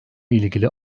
ilgili